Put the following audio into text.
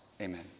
Amen